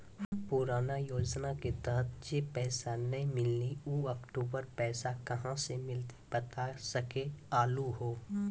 पुराना योजना के तहत जे पैसा नै मिलनी ऊ अक्टूबर पैसा कहां से मिलते बता सके आलू हो?